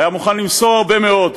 היה מוכן למסור הרבה מאוד,